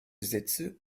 sätze